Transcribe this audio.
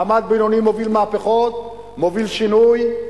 מעמד בינוני מוביל מהפכות, מוביל שינוי,